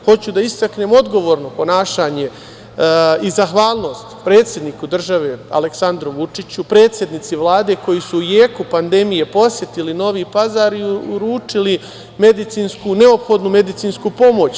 Hoću da istaknem odgovorno ponašanje i zahvalnost predsedniku države Aleksandru Vučiću, predsednici Vlade, koji su u jeku pandemije posetili Novi Pazar i uručili neophodnu medicinsku pomoć.